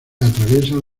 atraviesan